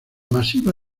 masiva